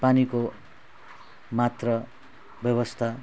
पानीको मात्र व्यवस्ता